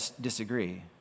disagree